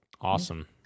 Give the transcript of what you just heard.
Awesome